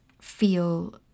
feel